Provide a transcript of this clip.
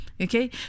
Okay